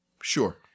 Sure